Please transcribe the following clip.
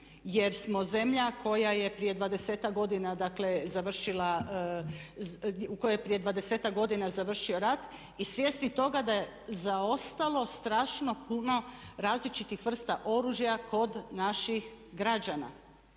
jer smo zemlja u kojoj je prije 20-ak godina završio rat i svjesni toga da je zaostalo strašno puno različitih vrsta oružja kod naših građana.